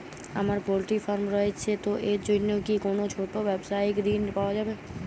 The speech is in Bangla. আমার পোল্ট্রি ফার্ম রয়েছে তো এর জন্য কি কোনো ছোটো ব্যাবসায়িক ঋণ পাওয়া যাবে?